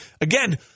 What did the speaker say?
Again